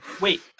Wait